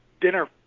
dinner